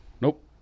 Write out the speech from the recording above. Nope